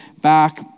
back